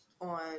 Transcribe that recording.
on